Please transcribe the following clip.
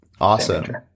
Awesome